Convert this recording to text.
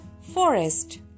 forest